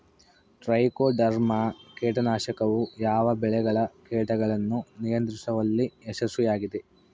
Trichoderma ಕೇಟನಾಶಕವು ಯಾವ ಬೆಳೆಗಳ ಕೇಟಗಳನ್ನು ನಿಯಂತ್ರಿಸುವಲ್ಲಿ ಯಶಸ್ವಿಯಾಗಿದೆ?